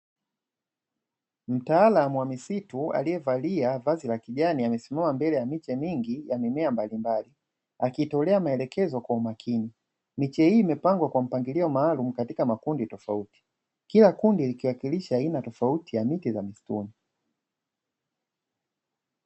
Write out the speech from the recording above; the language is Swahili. Mtaalamu wa misitu aliyevalia vazi la kijani amesimama mbele ya miche mingi na mimea mbalimbali akitolea maelekezo kwa makini. Miche hii imepangwa kwa mpangilio maalumu katika makundi tofauti, kila kundi likiwakilisha aina tofauti ya miche za msitu.